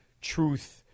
truth